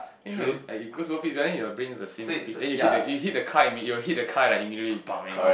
you know are you go above the speed but then your brain is the same speed then you hit the you hit the car im~ you hit the car like immediately bang you know